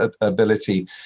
ability